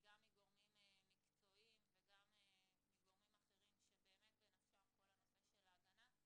גם מגורמים מקצועיים וגם מגורמים אחרים שבאמת בנפשם כל הנושא של הגנה.